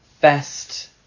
best